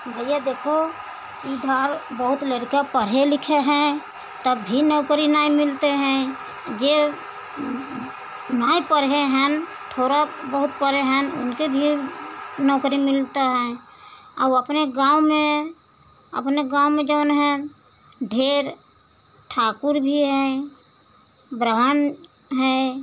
भइया देखो इधर बहुत लड़का पढ़े लिखे हैं तब भी नौकरी नहीं मिलती है जे नहीं पढ़े हैं थोड़ा बहुत पढ़े हैं उनके लिए नौकरी मिलती है और अपने गाँव में अपने गाँव में जौन हैं ढेर ठाकुर भी हैं ब्राह्मण हैं